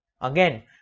Again